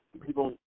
people